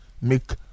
make